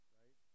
right